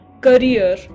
career